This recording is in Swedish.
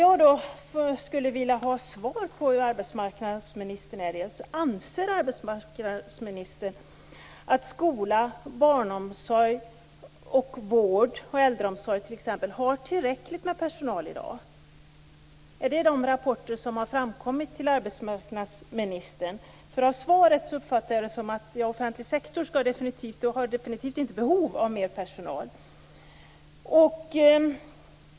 Anser arbetsmarknadsministern att skola, barnomsorg, vård och äldreomsorg har tillräckligt med personal i dag? Är det vad som har framkommit i de rapporter som arbetsmarknadsministern har fått? Av svaret uppfattar jag det som att arbetsmarknadsministern anser att den offentliga sektorn inte har behov av mer personal.